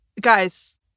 Guys-